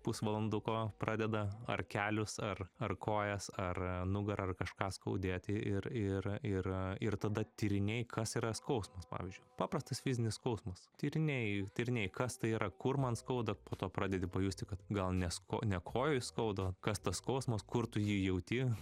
pusvalanduko pradeda ar kelius ar ar kojas ar nugarą ar kažką skaudėti ir ir ir ir tada tyrinėji kas yra skausmas pavyzdžiui paprastas fizinis skausmas tyrinėji tyrinėji kas tai yra kur man skauda po to pradedi pajusti kad gal nesko kojoj skauda kas tas skausmas kur tu jį jauti